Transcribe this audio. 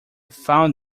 found